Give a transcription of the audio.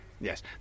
Yes